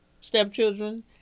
stepchildren